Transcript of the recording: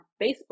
Facebook